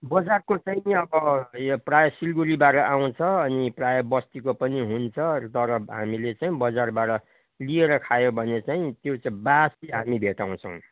बजारको चाहिँ अब यो प्रायः सिलगढीबाट आउँछ अनि प्रायः बस्तीको पनि हुन्छ तर हामीले चाहिँ बजारबाट लिएर खायो भने चाहिँ त्यो चाहिँ बासी हामी भेटाउँछौँ